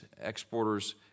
exporters